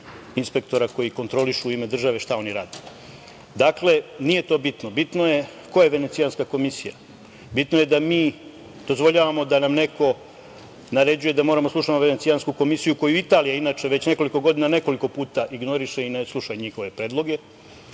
inspektora koji kontrolišu u ime države šta oni rade. Dakle, nije to bitno, bitno je ko je Venecijanske komisija. Bitno je da mi dozvoljavamo da nam neko naređujemo da moramo da slušamo Venecijansku komisiju koju Italija već nekoliko godina, nekoliko puta ignoriše i ne sluša njihove predloge.